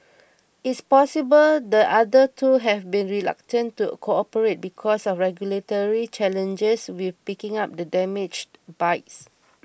it's possible the other two have been reluctant to cooperate because of regulatory challenges with picking up the damaged bikes